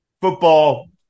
football